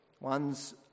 one's